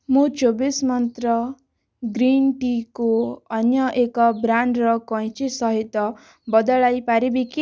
ମୁଁ ଚବିଶି ମନ୍ତ୍ର ଗ୍ରୀନ୍ ଟି କୁ ଅନ୍ୟ ଏକ ବ୍ରାଣ୍ଡ୍ର କଇଁଞ୍ଚି ସହିତ ବଦଳାଇ ପାରିବି କି